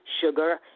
sugar